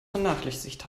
vernachlässigt